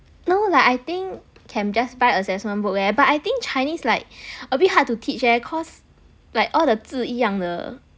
no lah I think can just buy assessment book leh but I think Chinese like a bit hard to teach leh cause like all the 字一样的